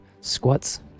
squats